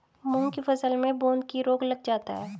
मूंग की फसल में बूंदकी रोग लग जाता है